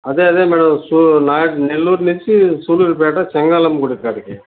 అదే అదే మేడం సూ నెల్లూరు నుంచి సూళూరుపేట చంగాళమ్మ గుడికాడికి